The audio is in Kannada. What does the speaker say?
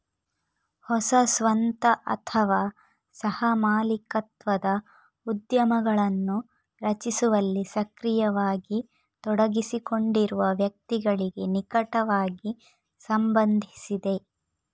ಹೊಸ ಸ್ವಂತ ಅಥವಾ ಸಹ ಮಾಲೀಕತ್ವದ ಉದ್ಯಮಗಳನ್ನು ರಚಿಸುವಲ್ಲಿ ಸಕ್ರಿಯವಾಗಿ ತೊಡಗಿಸಿಕೊಂಡಿರುವ ವ್ಯಕ್ತಿಗಳಿಗೆ ನಿಕಟವಾಗಿ ಸಂಬಂಧಿಸಿದೆ